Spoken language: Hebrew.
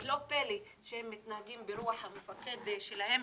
אז לא פלא שהם מתנהגים ברוח המפקד שלהם,